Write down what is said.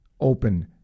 open